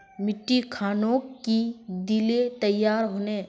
मिट्टी खानोक की दिले तैयार होने?